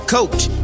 Coach